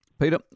Peter